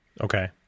Okay